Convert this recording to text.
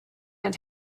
and